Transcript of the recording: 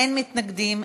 אין מתנגדים,